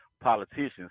politicians